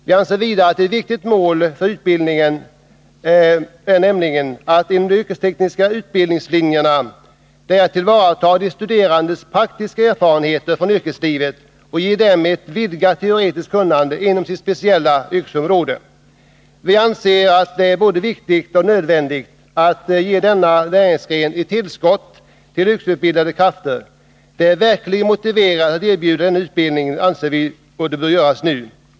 Vi anser vidare att ett viktigt mål för utbildningen inom de yrkestekniska linjerna är att tillvarata de studerandes praktiska erfarenheter från yrkeslivet och att ge dem ett vidgat teoretiskt kunnande inom deras speciella yrkesområde. Det är enligt vår uppfattning både viktigt och nödvändigt att ge denna näringsgren ett tillskott av yrkesutbildade krafter. Det är verkligen motiverat att erbjuda denna utbildning, och det bör göras nu.